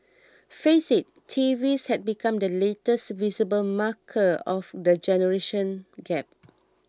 face it TVs have become the latest visible marker of the generation gap